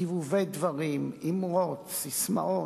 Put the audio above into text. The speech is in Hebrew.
גיבובי דברים, אמרות, ססמאות,